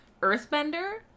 earthbender